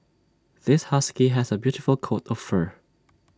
this husky has A beautiful coat of fur